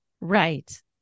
Right